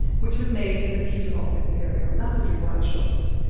which was made in the peterhof imperial lapidary workshops.